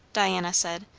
diana said,